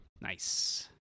Nice